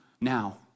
now